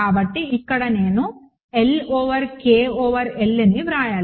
కాబట్టి ఇక్కడ నేను L ఓవర్ K ఓవర్ Lని వ్రాయాలి